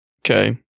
Okay